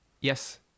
Yes